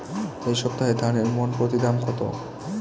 এই সপ্তাহে ধানের মন প্রতি দাম কত?